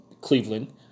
Cleveland